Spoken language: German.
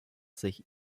sich